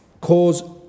cause